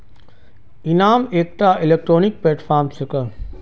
इनाम एकटा electronic platform छेक